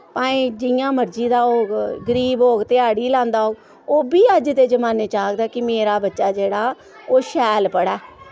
भाएं जियां मर्जी दा होग गरीब होग ध्याड़ी लांदा होग ओह् बि अज्ज दे जमाने च आखदा कि मेरा बच्चा जेह्ड़ा ओह् शैल पढ़ै